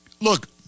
Look